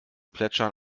plätschern